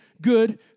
good